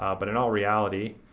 um but in all reality,